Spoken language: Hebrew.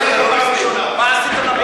היא רוצה ללכת לסוריה.